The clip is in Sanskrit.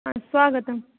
स्वागतं